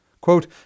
Quote